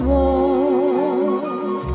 walk